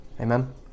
amen